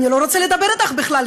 אני לא רוצה לדבר אתך בכלל.